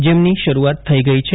જેમની શરૂઆત થઇ ગઈ છે